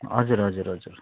हजुर हजुर हजुर